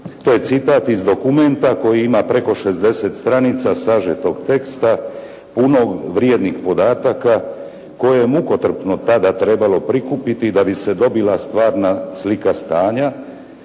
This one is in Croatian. To je citat iz dokumenta koji ima preko 60 stranica sažetog teksta punog vrijednih podataka koje je mukotrpno tada trebalo prikupiti da bi se dobila stvarna slika stanja